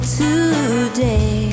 today